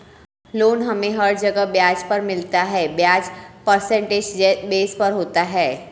loan हमे हर जगह ब्याज पर मिलता है ब्याज परसेंटेज बेस पर होता है